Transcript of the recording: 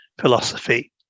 philosophy